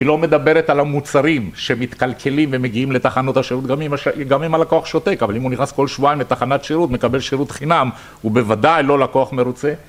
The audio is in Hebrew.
היא לא מדברת על המוצרים שמתקלקלים ומגיעים לתחנות השירות גם אם הלקוח שותק אבל אם הוא נכנס כל שבועיים לתחנת שירות, מקבל שירות חינם, הוא בוודאי לא לקוח מרוצה